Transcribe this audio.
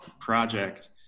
project